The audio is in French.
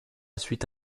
suite